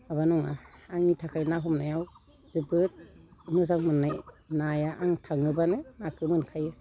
माबा नङा आंनि थाखाय ना हमनायाव जोबोद मोजां मोननाय नाया आं थाङोबानो नाखौ मोनखायो